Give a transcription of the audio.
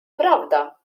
prawda